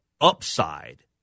upside